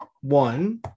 one